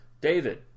David